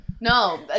No